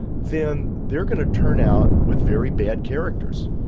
then they're going to turn out with very bad characters.